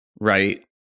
Right